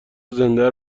زنده